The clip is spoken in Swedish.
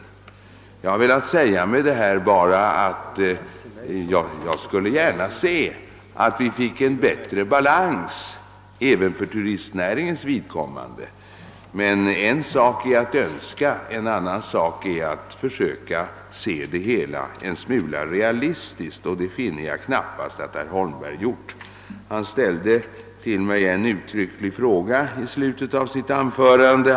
Med det här har jag bara velat säga att jag gärna skulle se att vi finge en bättre balans även för turistnäringens vidkommande. Men en sak är att önska och en annan sak är att försöka se det hela en smula realistiskt, och det finner jag knappast att herr Holmberg har gjort. I slutet av sitt anförande ställde herr Holmberg en uttrycklig fråga till mig.